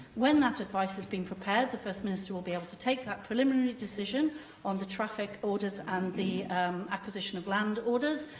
when that advice has been prepared, the first minister will be able to take that preliminary decision on the traffic orders and the acquisition of land orders,